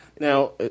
Now